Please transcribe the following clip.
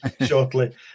Shortly